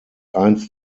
eins